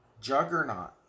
juggernaut